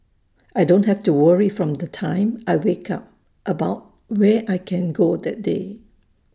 I don't have to worry from the time I wake up about where I can go that day